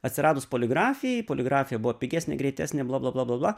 atsiradus poligrafijai poligrafija buvo pigesnė greitesnė bla bla bla bla bla